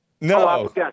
No